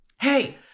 Hey